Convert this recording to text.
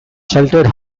sheltered